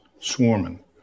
swarming